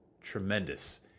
tremendous